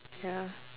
ya